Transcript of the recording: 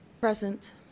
Present